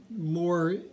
more